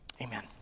Amen